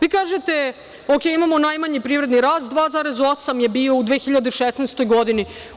Vi kažete – u redu, imamo najmanji privredni rast 2,8% u bio u 2016. godini.